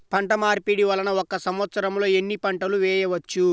పంటమార్పిడి వలన ఒక్క సంవత్సరంలో ఎన్ని పంటలు వేయవచ్చు?